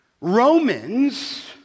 Romans